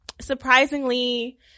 surprisingly